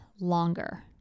longer